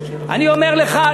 אני אומר לך,